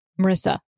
Marissa